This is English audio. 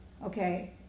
Okay